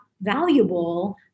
valuable